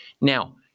Now